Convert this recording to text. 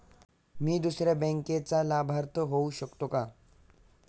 मी दुसऱ्या बँकेचा लाभार्थी होऊ शकतो का?